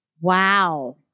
Wow